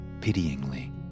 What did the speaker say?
pityingly